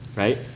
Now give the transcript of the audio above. right?